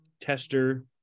Tester